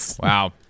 Wow